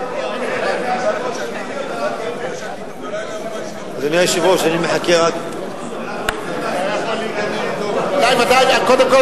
ראשית אני רוצה להבהיר שאף אחד מאתנו לא מתנגד לגיור בצה"ל,